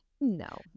No